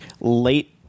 late